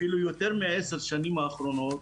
אפילו יותר מעשר שנים אחרונות,